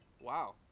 Wow